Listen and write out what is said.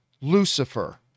Lucifer